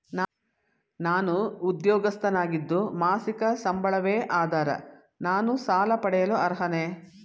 ನಾನು ಉದ್ಯೋಗಸ್ಥನಾಗಿದ್ದು ಮಾಸಿಕ ಸಂಬಳವೇ ಆಧಾರ ನಾನು ಸಾಲ ಪಡೆಯಲು ಅರ್ಹನೇ?